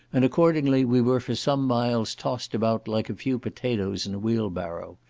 and, accordingly, we were for some miles tossed about like a few potatoes in a wheelbarrow.